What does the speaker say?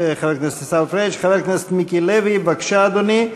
חבר הכנסת מיקי לוי, בבקשה, אדוני.